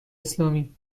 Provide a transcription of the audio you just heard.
اسلامی